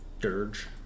Dirge